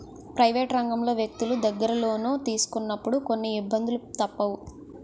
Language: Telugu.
ప్రైవేట్ రంగంలో వ్యక్తులు దగ్గర లోను తీసుకున్నప్పుడు కొన్ని ఇబ్బందులు తప్పవు